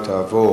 ותעבור